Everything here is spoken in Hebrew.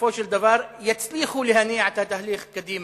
שבסופו של דבר יצליחו להניע את התהליך קדימה.